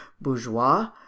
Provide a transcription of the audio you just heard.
Bourgeois